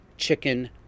Chicken